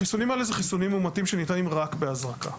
החיסונים האלה הם חיסונים מומתים שניתנים רק בהזרקה.